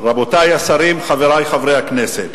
רבותי השרים, חברי חברי הכנסת,